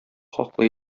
хаклы